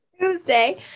Tuesday